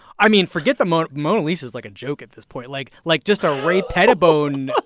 i mean, forget the mona mona lisa is like a joke at this point. like like, just a ray pettibon,